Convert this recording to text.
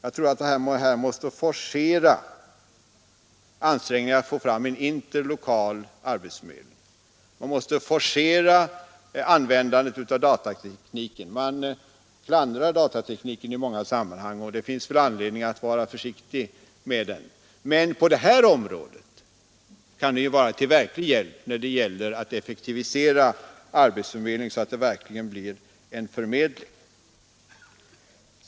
Jag tror att man måste forcera ansträngningarna att få fram en interlokal arbetsförmedling. Man måste forcera användandet av datatekniken. Man klandrar i många sammanhang datatekniken, och det finns väl anledning att vara försiktig med den. Men på det här området kan den vara till verklig hjälp när det gäller att effektivisera arbetsförmedlingen så att det verkligen blir en förmedling.